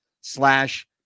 slash